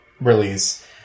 release